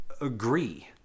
agree